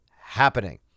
happening